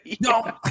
No